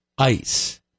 ICE